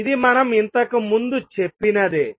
ఇది మనం ఇంతకు ముందు చెప్పినదే